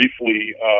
briefly